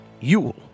yule